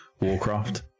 Warcraft